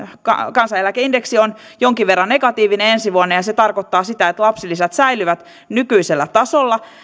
kansaneläkeindeksi on jonkin verran negatiivinen ensi vuonna ja se tarkoittaa sitä että lapsilisät säilyvät nykyisellä tasolla